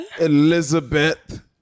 Elizabeth